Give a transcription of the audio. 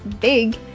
big